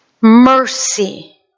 mercy